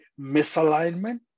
misalignment